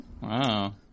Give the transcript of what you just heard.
Wow